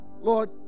Lord